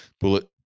Bullet